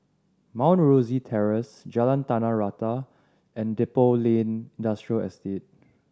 Mount Rosie Terrace Jalan Tanah Rata and Depot Lane Industrial Estate